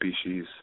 species